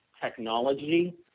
technology